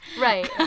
right